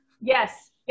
Yes